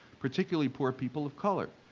particularly poor people of color.